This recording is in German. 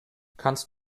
kannst